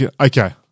Okay